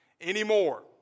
anymore